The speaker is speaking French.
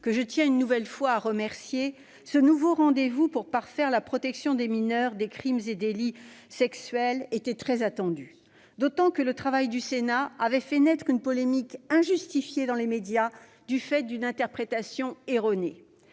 que je tiens une nouvelle fois à remercier, ce nouveau rendez-vous pour parfaire la protection des mineurs contre les crimes et délits sexuels était très attendu, d'autant que le travail du Sénat avait fait naître une polémique injustifiée dans les médias, du fait d'une interprétation erronée.